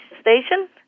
Station